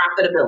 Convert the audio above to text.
profitability